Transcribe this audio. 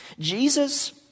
Jesus